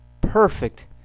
perfect